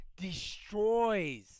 destroys